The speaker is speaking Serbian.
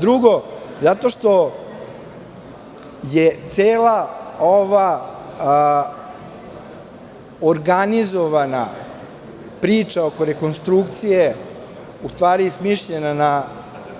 Drugo, zato što je cela ova organizovana priča oko rekonstrukcije u stvari smišljena